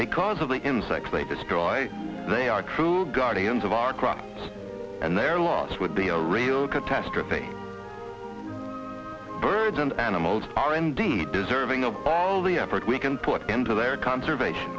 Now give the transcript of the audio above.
because of the insects they describe they are true guardians of our crops and their loss would be a real catastrophe birds and animals are indeed deserving of all the effort we can put into their conservation